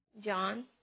John